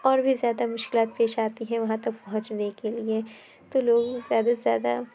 اور بھی زیادہ مشکلات پیش آتی ہیں وہاں تک پہنچنے کے لیے تو لوگوں کو زیادہ سے زیادہ